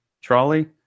trolley